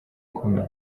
akomeye